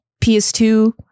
PS2